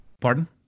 pardon